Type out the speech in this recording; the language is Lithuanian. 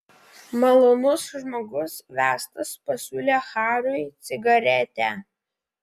malonus žmogus vestas pasiūlė hariui cigaretę